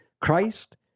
Christ